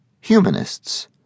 humanists